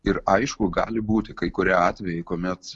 ir aišku gali būti kai kurie atvejai kuomet